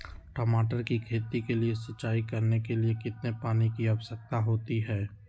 टमाटर की खेती के लिए सिंचाई करने के लिए कितने पानी की आवश्यकता होती है?